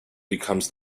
becomes